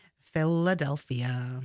Philadelphia